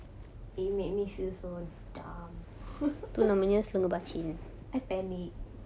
it made me feel so dumb I panic